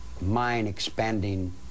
mind-expanding